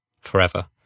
forever